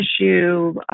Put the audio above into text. issue